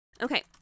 Okay